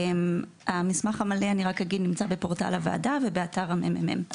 המסמך המלא נמצא בפורטל הוועדה ובאתר הממ"מ.